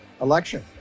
election